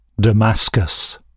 Damascus